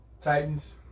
Titans